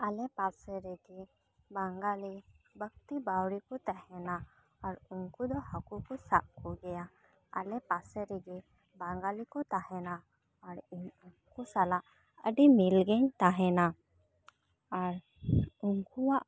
ᱟᱞᱮ ᱯᱟᱥᱮ ᱨᱮᱜᱮ ᱵᱟᱝᱜᱟᱞᱤ ᱵᱟᱹᱠᱛᱤ ᱵᱟᱹᱭᱨᱤ ᱠᱚ ᱛᱟᱦᱮᱱᱟ ᱟᱨ ᱩᱱᱠᱩ ᱫᱚ ᱦᱟᱹᱠᱩ ᱠᱩ ᱥᱟᱯ ᱠᱩ ᱜᱮᱭᱟ ᱟᱞᱮ ᱯᱟᱥᱮ ᱨᱮᱜᱮ ᱵᱟᱝᱜᱟᱞᱤ ᱠᱚ ᱛᱟᱦᱮᱱᱟ ᱟᱨ ᱤᱧ ᱩᱱᱠᱩ ᱥᱟᱞᱟᱜ ᱟᱹᱰᱤ ᱢᱤᱞ ᱜᱮᱧ ᱛᱟᱦᱮᱱᱟ ᱟᱨ ᱩᱱᱠᱩᱣᱟᱜ